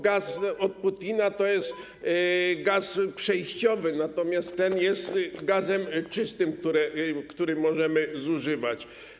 Gaz od Putina to gaz przejściowy, natomiast ten jest gazem czystym, który możemy zużywać.